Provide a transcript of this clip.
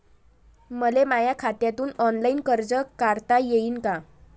मले माया खात्यातून ऑनलाईन कर्ज काढता येईन का?